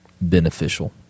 Beneficial